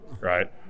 right